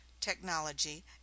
technology